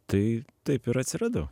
tai taip ir atsiradau